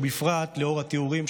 ובפרט לנוכח התיאורים,